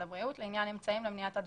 הבריאות לעניין אמצעים למניעת הדבקה.